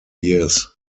years